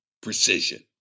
precision